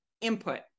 input